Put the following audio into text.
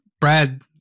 Brad